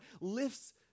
lifts